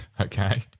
Okay